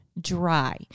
dry